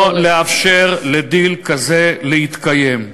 לא לאפשר לדיל כזה להתקיים.